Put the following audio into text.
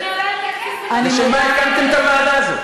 אתם הקמתם את הוועדה הזאת.